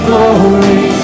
Glory